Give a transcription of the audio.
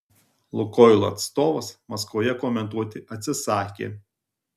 lukoil atstovas maskvoje komentuoti atsisakė